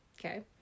okay